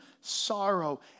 sorrow